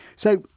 so,